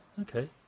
Okay